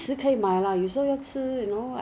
他们吃了也是跟你讲的一样东西 !wah!